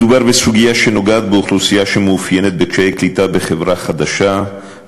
מדובר בסוגיה שנוגעת באוכלוסייה שמאופיינת בקשיי קליטה בחברה חדשה,